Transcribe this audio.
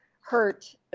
hurt